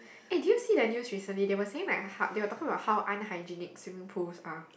eh do you see that news recently they were saying like they were talking about how unhygienic swimming pools are